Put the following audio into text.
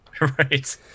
right